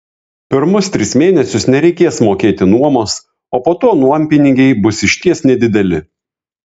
pirmus tris mėnesius nereikės mokėti nuomos o po to nuompinigiai bus išties nedideli